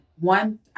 one